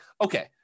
okay